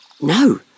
No